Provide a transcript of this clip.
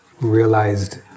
realized